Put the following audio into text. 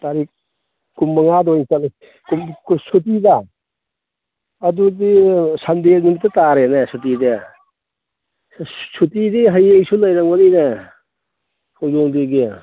ꯇꯥꯔꯤꯛ ꯀꯨꯟꯃꯉꯥꯗ ꯑꯣꯏꯅ ꯆꯠꯂꯁꯤ ꯁꯨꯇꯤꯗ ꯑꯗꯨꯗꯤ ꯁꯟꯗꯦ ꯅꯨꯃꯤꯠꯇ ꯇꯥꯔꯦꯅꯦ ꯁꯨꯇꯤꯗꯤ ꯑꯁ ꯁꯨꯇꯤꯗꯤ ꯍꯌꯦꯡꯁꯨ ꯂꯩꯔꯝꯒꯅꯤꯅꯦ ꯈꯣꯡꯖꯣꯝ ꯗꯦꯒꯤ